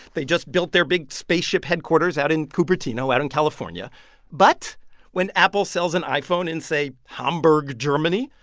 they just built their big spaceship headquarters out in cupertino, out in california but when apple sells an iphone in, say, hamburg, germany,